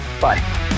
bye